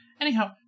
Anyhow